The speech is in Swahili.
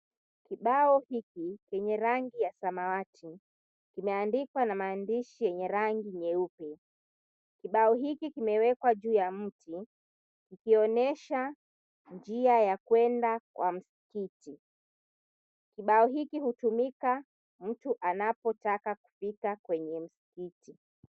Kibao hiki chenye rangi ya samawati kimeandikwa na maandishi yenye rangi nyeupe. Kibao hiki kimewekwa juu ya mti kikionyesha njia ya kwenda kwa msikiti. Kibao hiki hutumika mtu anapotaka kufika kwenye msikiti.